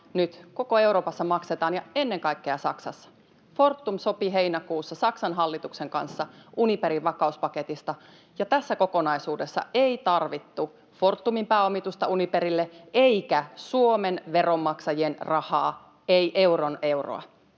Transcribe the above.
koko Euroopassa ja ennen kaikkea Saksassa. Fortum sopi heinäkuussa Saksan hallituksen kanssa Uniperin vakauspaketista, ja tässä kokonaisuudessa ei tarvittu Fortumin pääomitusta Uniperille eikä Suomen veronmaksa-jien rahaa, ei euron euroa.